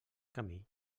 camí